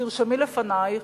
תרשמי לפנייך,